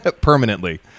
permanently